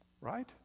Right